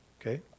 okay